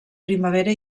primavera